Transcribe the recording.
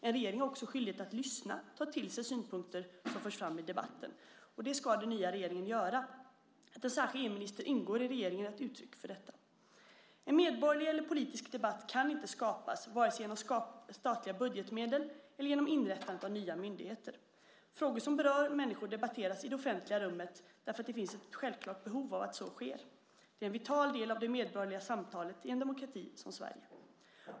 En regering har också skyldighet att lyssna och ta till sig de synpunkter som förs fram i debatten. Och det ska den nya regeringen göra. Att en särskild EU-minister ingår i regeringen är ett uttryck för detta. En medborgerlig eller politisk debatt kan inte "skapas", vare sig genom statliga budgetmedel eller genom inrättande av nya myndigheter. Frågor som berör människor debatteras i det offentliga rummet för att det finns ett självklart behov av att så sker. Det är en vital del av det medborgerliga samtalet i en demokrati som Sverige.